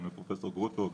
גם לפרופ' גרוטו,